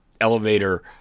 elevator